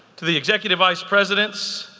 to the executive vice presidents,